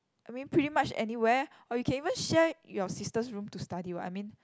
I mean pretty much anywhere or you can even share your sister's room to study what I mean